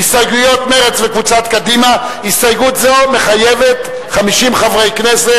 45 בעד, בצירוף קולה של חברת הכנסת אדטו, 62 נגד.